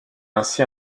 ainsi